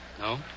No